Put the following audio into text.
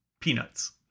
peanuts